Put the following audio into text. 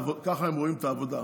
ככה הם רואים את העבודה.